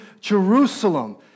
Jerusalem